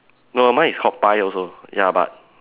no mine is called pie also ya but